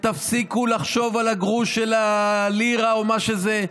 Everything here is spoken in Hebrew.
תפסיקו לחשוב על הגרוש של הלירה או מה שזה,